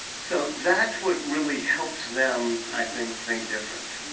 so that's what really helps them i think think different.